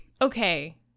okay